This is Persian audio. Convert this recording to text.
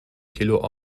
کیلوگرم